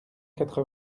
quatre